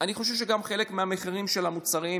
אני חושב שגם בחלק מהמחירים של המוצרים,